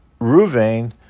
Ruvain